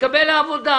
להתקבל לעבודה,